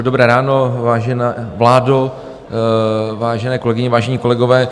Dobré ráno, vážená vládo, vážené kolegyně, vážení kolegové.